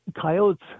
coyotes